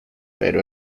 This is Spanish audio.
pero